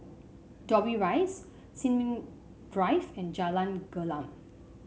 Dobbie Rise Sin Ming Drive and Jalan Gelam